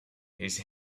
his